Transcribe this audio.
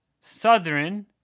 southern